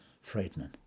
frightening